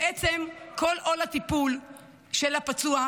בעצם כל עול הטיפול בפצוע,